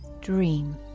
dream